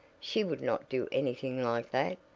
she would not do anything like that.